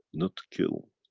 not to kill.